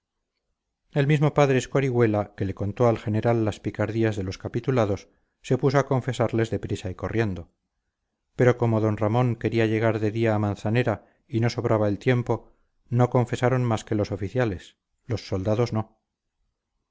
el mismo padre escorihuela que le contó al general las picardías de los capitulados se puso a confesarles de prisa y corriendo pero como d ramón quería llegar de día a manzanera y no sobraba el tiempo no confesaron más que los oficiales los soldados no